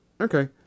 Okay